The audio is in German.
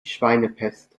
schweinepest